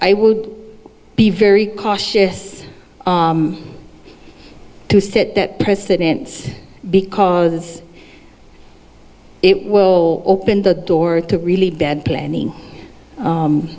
would be very cautious to set that precedent because it will open the door to really bad planning